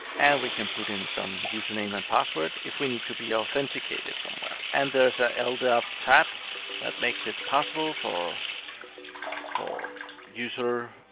and we can put in some user name and password if we need to be authenticated somewhere. and there's ah an ldap tab that makes it possible for for user